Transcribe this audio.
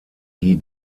die